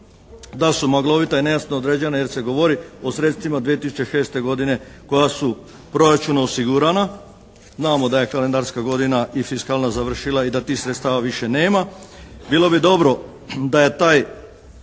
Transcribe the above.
da su maglovita i nejasno određena jer se govori o sredstvima 2006. godine koja su u proračunu osigurana. Znamo da je kalendarska godina i fiskalna završila i da tih sredstava više nema. Bilo bi dobro da je taj